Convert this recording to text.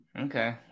okay